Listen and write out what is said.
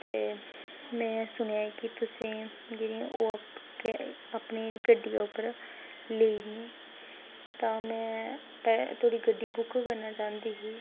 ते में सुनेआ ऐ कि तुसें जेह्ड़ियां ओह् अप केह् अपनी जेह्ड़ी गड्डियै उप्पर लेई जन्ने तां में तोआड़ी गड्डी बुक्क करना चांह्दी ही